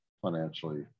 financially